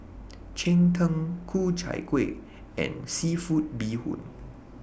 Cheng Tng Ku Chai Kuih and Seafood Bee Hoon